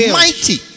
mighty